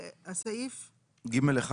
ג1?